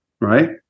right